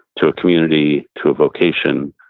to a community, to a vocation,